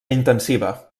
intensiva